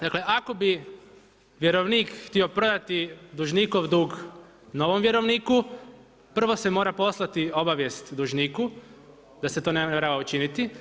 Dakle ako bi vjerovnik htio predati dužnikov dug novom vjerovniku prvo se mora poslati obavijest dužniku da se to namjerava učiniti.